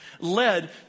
led